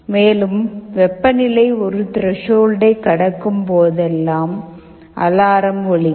மேலும் வெப்பநிலை ஒரு திரேஷால்டை கடக்கும் போதெல்லாம் அலாரம் ஒலிக்கும்